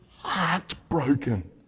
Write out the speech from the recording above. heartbroken